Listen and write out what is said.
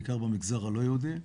בעיקר במגזר הלא יהודי.